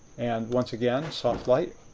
and once again, softlight.